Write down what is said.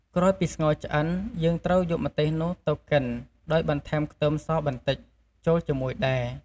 ក្រោយពីស្ងោរឆ្អិន យើងត្រូវយកម្ទេសនោះទៅកិន ដោយបន្ថែមខ្ទឹមសបន្តិចចូលជាមួយដែរ។